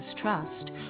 Trust